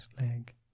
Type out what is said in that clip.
leg